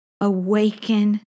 awaken